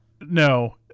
no